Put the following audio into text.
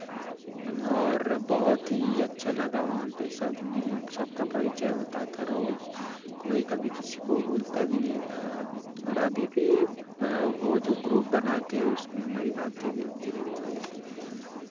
और बहुत ही अच्छा लगा वहाँ पे सबने सबका परिचय होता था रोज कोई कभी किसी को बोलता भी नहीं था और अभी भी वो जो ग्रुप बनाते है उसमें हमारी बाते भी होती रहती है